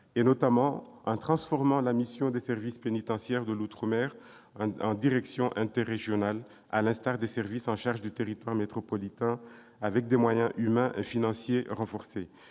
notamment en transformant la mission des services pénitentiaires de l'outre-mer en direction interrégionale, à l'image du dispositif en vigueur sur le territoire métropolitain, avec des moyens humains et financiers renforcés.